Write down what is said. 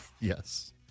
Yes